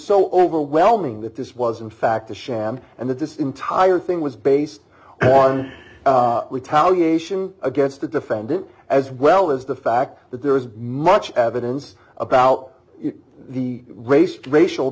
so overwhelming that this was in fact a sham and that this entire thing was based on retaliation against the defendant as well as the fact that there is much evidence about race and racial